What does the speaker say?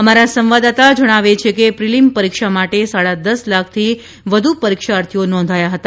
અમારા સંવાદદાતા જણાવે છે કે પ્રિલીમ પરીક્ષા માટે સાડા દસ લાખથી વધુ પરીક્ષાર્થીઓ નોંધાયા હતા